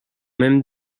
mêmes